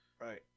Right